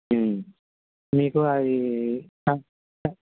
మీకు అవి